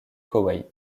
koweït